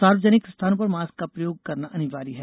सार्वजनिक स्थानों पर मास्क का प्रयोग करना अनिवार्य है